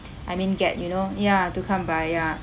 I mean get you know ya to come by ya